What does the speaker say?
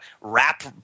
rap